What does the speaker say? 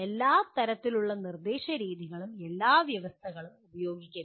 എല്ലാ തരത്തിലുള്ള നിർദ്ദേശ രീതികളും എല്ലാ വ്യവസ്ഥകളിലും ഉപയോഗിക്കരുത്